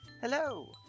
Hello